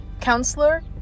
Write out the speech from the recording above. counselor